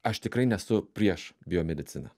aš tikrai nesu prieš biomediciną